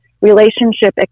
relationship